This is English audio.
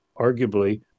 arguably